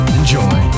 enjoy